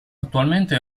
attualmente